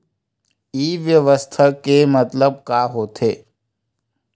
ई व्यवसाय के मतलब का होथे?